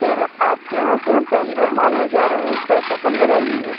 sir आपके यहाँ से हम पहली बार माल ले जा रहे हैं पैसा कम लगाइएगा